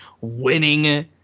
winning